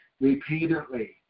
Repeatedly